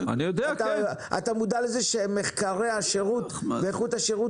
אתה מודע לזה שמחקרי השירות ואיכות השירות